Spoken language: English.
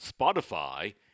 Spotify